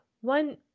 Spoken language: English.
one